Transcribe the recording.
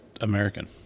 american